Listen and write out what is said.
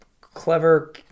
clever